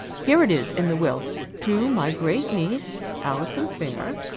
here it is in the will to my great niece, alison fair,